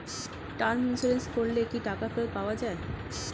Term insurance করলে কি টাকা ফেরত পাওয়া যায়?